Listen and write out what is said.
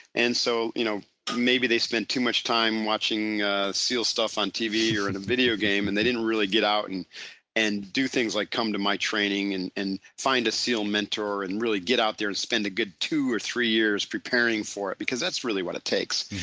and so, you know maybe they spent too much time watching seal stuff on tv or in a video game and they didn't really get out and and do things like come to my training and find a seal mentor and really get out there and spend a good two or three years preparing for it because that's really what it takes.